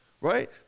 right